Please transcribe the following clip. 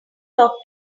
talk